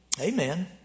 Amen